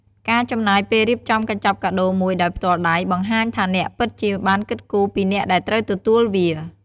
ការចំណាយពេលរៀបចំកញ្ចប់កាដូមួយដោយផ្ទាល់ដៃ បង្ហាញថាអ្នកពិតជាបានគិតគូរពីអ្នកដែលត្រូវទទួលវា។